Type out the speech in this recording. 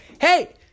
hey